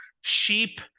sheep